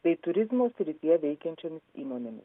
bei turizmo srityje veikiančioms įmonėmis